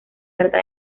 trata